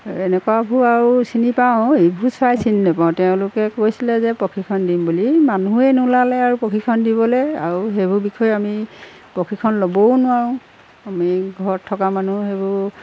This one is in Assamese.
এনেকুৱাবোৰ আৰু চিনি পাওঁ এইবোৰ চাই চিনি নেপাওঁ তেওঁলোকে কৈছিলে যে প্ৰশিক্ষণ দিম বুলি মানুহেই নোলালে আৰু প্ৰশিক্ষণ দিবলে আৰু সেইবোৰ বিষয়ে আমি প্ৰশিক্ষণ ল'বও নোৱাৰোঁ আমি ঘৰত থকা মানুহ সেইবোৰ